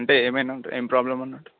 అంటే ఏమైనట్టు ఏమి ప్రాబ్లమ్ అన్నట్టు